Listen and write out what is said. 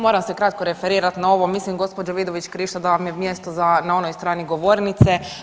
Moram se kratko referirati na ovo, mislim gospođo Vidović Krišto da vam je mjesto na onoj strani govornice.